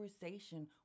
conversation